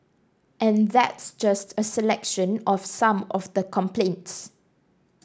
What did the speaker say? and that's just a selection of some of the complaints